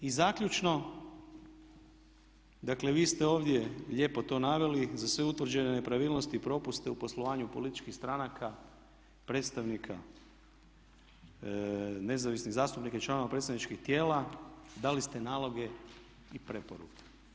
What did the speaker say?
I zaključno, dakle vi ste ovdje lijepo to naveli, za sve utvrđene nepravilnosti i propuste u poslovanju političkih stranaka, predstavnika nezavisnih zastupnika i članova predstavničkih tijela dali ste naloge i preporuke.